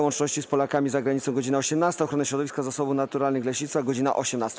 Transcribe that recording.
Łączności z Polakami za Granicą - godz. 18, - Ochrony Środowiska, Zasobów Naturalnych i Leśnictwa - godz. 18.